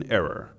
error